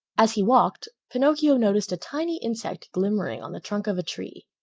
as he walked, pinocchio noticed a tiny insect glimmering on the trunk of a tree,